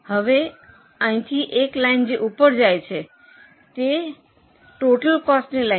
હવે અહીંથી એક લાઇન જે ઉપર જાય છે તે એક ટોટલ કોસ્ટની લાઇન છે